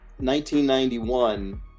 1991